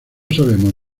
sabemos